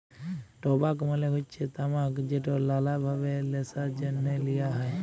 টবাক মালে হচ্যে তামাক যেট লালা ভাবে ল্যাশার জ্যনহে লিয়া হ্যয়